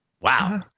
Wow